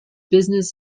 business